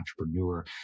entrepreneur